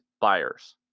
buyers